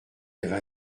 avait